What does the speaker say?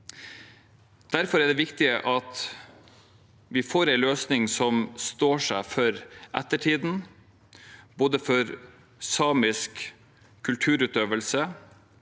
Derfor er det viktig at vi får en løsning som står seg for ettertiden for både samisk kulturutøvelse